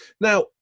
Now